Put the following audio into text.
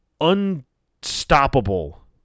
unstoppable